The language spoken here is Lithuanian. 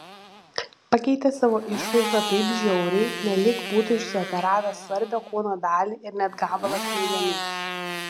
pakeitė savo išvaizdą taip žiauriai nelyg būtų išsioperavęs svarbią kūno dalį ir net gabalą smegenų